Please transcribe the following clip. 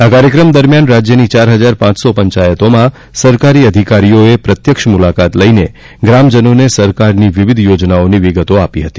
આ કાર્યક્રમ દરમ્યાન રાજયની ચાર હજાર પાંચસો પંચાયતોમાં સરકારી અધિકારીઓએ પ્રત્યક્ષ મુલાકાત લઈને ગ્રામજનોને સરકારની વિવિધ યોજનાઓની વિગતો આપી હતી